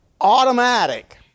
automatic